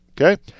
Okay